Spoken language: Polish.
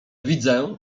widzę